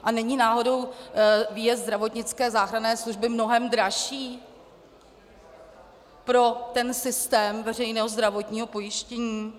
A není náhodou výjezd zdravotnické záchranné služby mnohem dražší pro systém veřejného zdravotního pojištění?